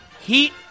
Heat